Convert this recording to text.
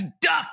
duck